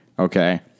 Okay